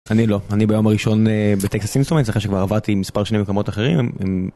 אני לא, אני ביום הראשון בטקסטים, זאת אומרת שכבר עבדתי מספר שנים במקומות אחרים.